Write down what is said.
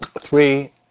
three